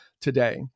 today